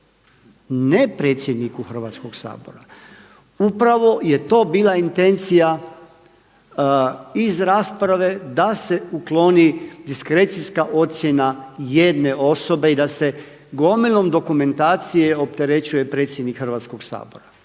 ne predsjedniku Hrvatskoga sabora. Upravo je to bila intencija iz rasprave da se ukloni diskrecijska ocjena jedne osobe i da se gomilom dokumentacije opterećuje predsjednik Hrvatskoga sabora.